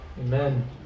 Amen